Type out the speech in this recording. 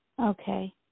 Okay